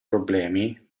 problemi